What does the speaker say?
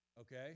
Okay